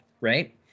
right